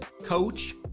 coach